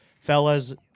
fellas